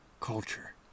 culture